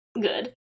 good